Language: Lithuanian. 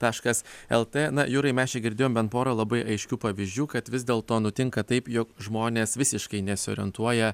taškas lt na jurai mes čia girdėjom bent porą labai aiškių pavyzdžių kad vis dėl to nutinka taip jog žmonės visiškai nesiorientuoja